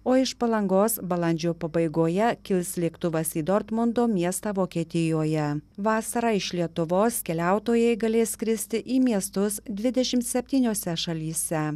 o iš palangos balandžio pabaigoje kils lėktuvas į dortmundo miestą vokietijoje vasarą iš lietuvos keliautojai galės skristi į miestus dvidešimt septyniose šalyse